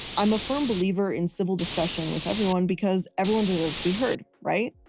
i'm a firm believer in civil discussion with everyone because everyone deserves to be heard, right?